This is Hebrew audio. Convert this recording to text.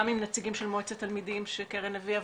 עם נציגים של מועצת תלמידים שקרן הביאה,